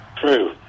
True